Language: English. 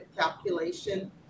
calculation